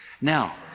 Now